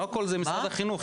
לא הכול זה משרד החינוך.